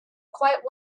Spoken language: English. quite